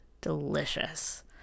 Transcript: delicious